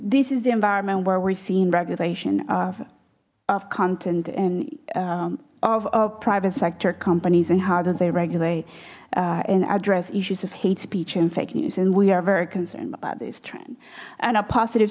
this is the environment where we're seeing regulation of of content and of private sector companies and how does they regulate and address issues of hate speech infect news and we are very concerned about this trend and a positive